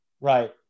Right